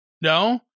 No